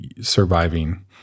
surviving